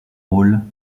rôle